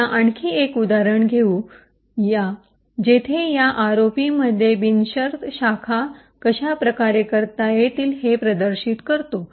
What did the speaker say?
आता आपण आणखी एक उदाहरण घेऊ या जेथे आपण आरओपी मध्ये बिनशर्त शाखा कशा प्रकारे करता येतील हे प्रदर्शित करतो